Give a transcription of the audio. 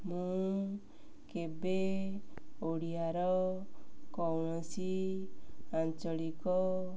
ମୁଁ କେବେ ଓଡ଼ିଆର କୌଣସି ଆଞ୍ଚଳିକ